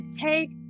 take